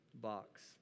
box